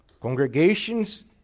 Congregations